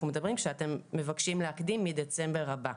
מדברים כשאתם מבקשים להקדים מדצמבר הבא.